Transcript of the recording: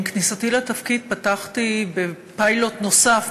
עם כניסתי לתפקיד פתחתי פיילוט נוסף,